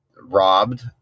robbed